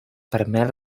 permet